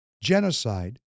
genocide